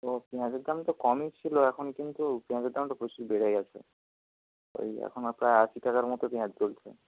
ও পিঁয়াজের দাম তো কমই ছিল এখন কিন্তু পিঁয়াজের তো দাম প্রচুর বেড়ে গেছে ওই এখন প্রায় আশি টাকার মতো পিঁয়াজ চলছে